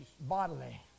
bodily